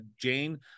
Jane